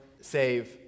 save